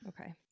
Okay